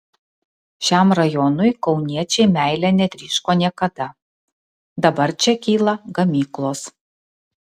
šiam rajonui kauniečiai meile netryško niekada dabar čia kyla gamyklos